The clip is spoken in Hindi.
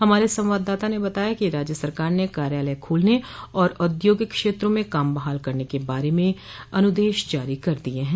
हमारे संवाददाता ने बताया है कि राज्य सरकार ने कार्यालय खोलने और औद्योगिक क्षेत्रों में काम बहाल करने के बारे में अनुदेश जारी कर दिये हैं